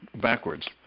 backwards